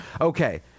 Okay